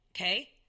okay